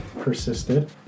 persisted